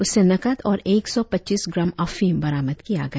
उससे नकद और एक सौ पच्चीस ग्राम अफीम बरामद किया गया